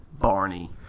Barney